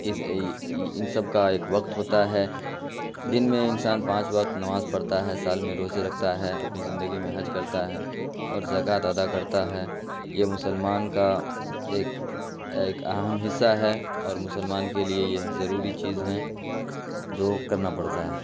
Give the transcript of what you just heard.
اس ان سب کا ایک وقت ہوتا ہے دن میں انسان پانچ وقت نماز پڑھتا ہے سال میں روزے رکھتا ہے اپنی زندگی میں حج کرتا ہے اور زکات ادا کرتا ہے یہ مسلمان کا ایک ایک اہم حصہ ہے اور مسلمان کے لیے یہ ضروری چیز ہیں جو کرنا پڑتا ہے